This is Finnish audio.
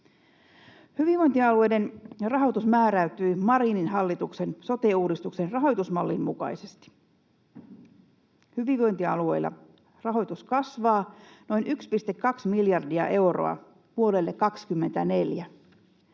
Hyvinvointialueiden rahoitus määräytyi Marinin hallituksen sote-uudistuksen rahoitusmallin mukaisesti. Hyvinvointialueilla rahoitus kasvaa noin 1,2 miljardia euroa vuodelle 24.